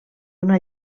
una